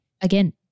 again